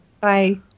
Bye